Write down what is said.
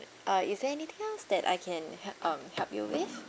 uh is there anything else that I can help um help you with